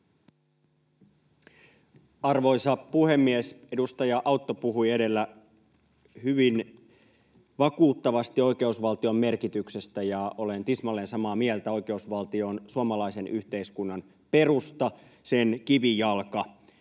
Arvoisa puhemies! Edustaja Autto puhui edellä hyvin vakuuttavasti oikeusvaltion merkityksestä, ja olen tismalleen samaa mieltä: oikeusvaltio on suomalaisen yhteiskunnan perusta, sen kivijalka.